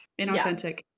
inauthentic